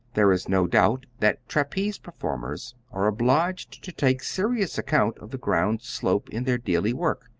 there is no doubt that trapeze performers are obliged to take serious account of the ground's slope in their daily work,